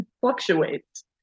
fluctuates